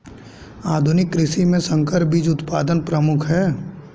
आधुनिक कृषि में संकर बीज उत्पादन प्रमुख है